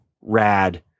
rad